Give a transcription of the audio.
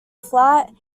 flat